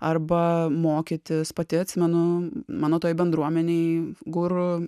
arba mokytis pati atsimenu mano toj bendruomenėj guru